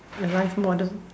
A live model